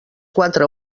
quatre